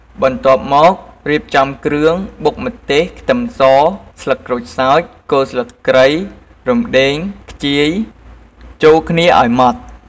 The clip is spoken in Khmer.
បន្ទាប់មក រៀបចំគ្រឿង បុកម្ទេស ខ្ទឹមស ស្លឹកក្រូចសើច គល់ស្លឹកគ្រៃ រំដេង ខ្ជាយ ចូលគ្នាឱ្យម៉ដ្ឋ។